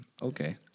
Okay